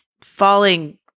falling